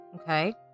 Okay